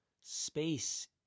space